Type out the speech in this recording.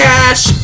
Cash